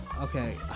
Okay